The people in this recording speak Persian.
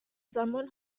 زمان